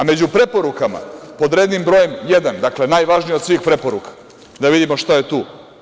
Među preporukama pod rednim brojem jedan, dakle najvažnija od svih preporuka, da vidimo šta je tu.